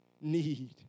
need